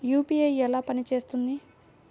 UPI ఎలా పనిచేస్తుంది?